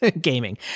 gaming